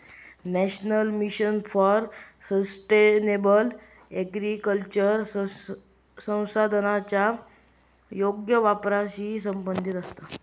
national mission for sustainable agriculture संसाधनांच्या योग्य वापराशी संबंधित आसा